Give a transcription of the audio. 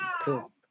Cool